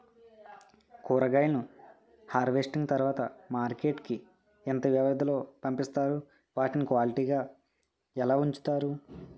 కూరగాయలను హార్వెస్టింగ్ తర్వాత మార్కెట్ కి ఇంత వ్యవది లొ పంపిస్తారు? వాటిని క్వాలిటీ గా ఎలా వుంచుతారు?